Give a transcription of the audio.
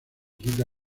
quita